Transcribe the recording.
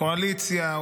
קואליציה,